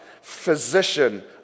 physician